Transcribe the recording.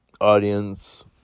audience